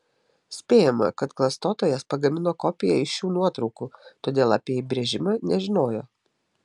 spėjama kad klastotojas pagamino kopiją iš šių nuotraukų todėl apie įbrėžimą nežinojo